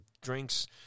drinks